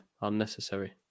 unnecessary